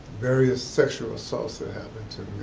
various sexual assaults that happened to